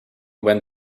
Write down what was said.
went